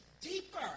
deeper